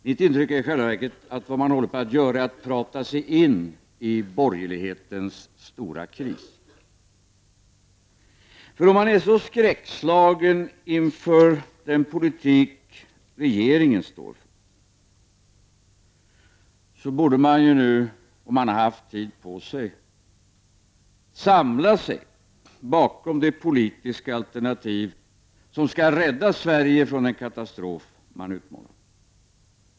Mitt intryck är i själva verket att man håller på att prata sig in i borgerlighetens kris. För är man så skräckslagen inför den politik som regeringen står för, borde man nu — man har ju haft tid på sig — samla sig bakom det politiska alternativ som skall rädda Sverige från den katastrof som utmålas.